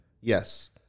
Yes